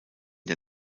der